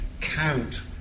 count